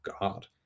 God